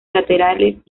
laterales